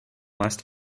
must